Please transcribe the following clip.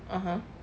(uh huh)